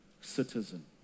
citizen